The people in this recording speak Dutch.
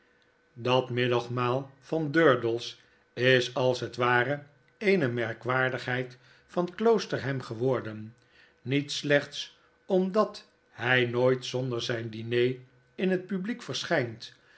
dat middagmaal van durdels is als het ware eene merkwaardigheid van kloosterham geworden niet slechts omdat hy nooit zonder zjjn diner in het publiek verschynt